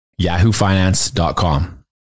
yahoofinance.com